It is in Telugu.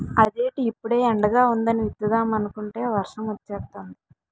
అదేటి ఇప్పుడే ఎండగా వుందని విత్తుదామనుకుంటే వర్సమొచ్చేతాంది